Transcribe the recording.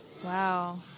Wow